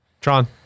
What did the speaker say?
Tron